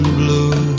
blue